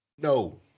No